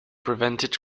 prevented